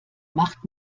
macht